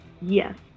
Yes